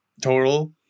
total